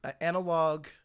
analog